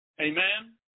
Amen